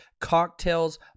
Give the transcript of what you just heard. cocktails